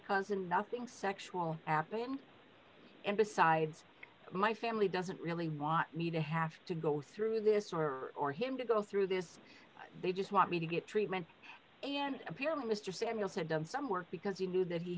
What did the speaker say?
cousin nothing sexual after him and besides my family doesn't really want me to have to go through this more or him to go through this they just want me to get treatment and appear mr samuel had done some work because he knew that he